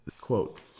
Quote